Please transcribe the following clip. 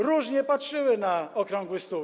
różnie patrzyły na okrągły stół.